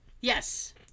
Yes